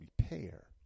repair